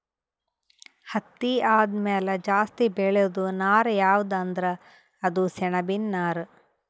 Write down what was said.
ಹತ್ತಿ ಆದಮ್ಯಾಲ ಜಾಸ್ತಿ ಬೆಳೇದು ನಾರ್ ಯಾವ್ದ್ ಅಂದ್ರ ಅದು ಸೆಣಬಿನ್ ನಾರ್